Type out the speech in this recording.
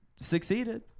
Succeeded